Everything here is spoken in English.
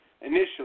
initially